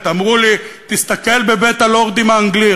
אמרו לי: תסתכל בבית-הלורדים האנגלי.